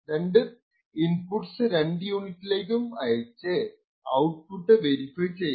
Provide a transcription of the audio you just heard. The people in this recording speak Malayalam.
രണ്ടു ഇന്പുട്ട്സ് രണ്ട് യൂണിറ്റിലേക്കും അയച്ചു ഔട്ട്പുട്ട് വെരിഫൈ ചെയ്യണം